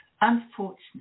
unfortunately